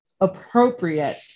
appropriate